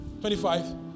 25